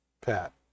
Pat